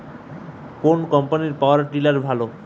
কোন কম্পানির power tiller ভালো?